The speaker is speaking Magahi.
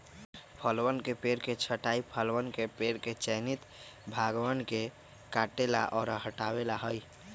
फलवन के पेड़ के छंटाई फलवन के पेड़ के चयनित भागवन के काटे ला और हटावे ला हई